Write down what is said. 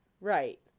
Right